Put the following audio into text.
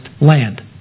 land